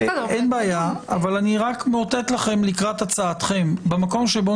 אני רק מאותת לכם לקראת הצעתכם במקום שבו